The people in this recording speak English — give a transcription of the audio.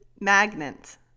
Magnet